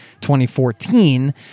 2014